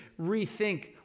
rethink